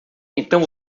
então